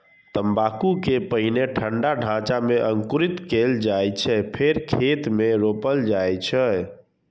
तंबाकू कें पहिने ठंढा ढांचा मे अंकुरित कैल जाइ छै, फेर खेत मे रोपल जाइ छै